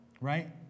Right